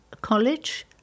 college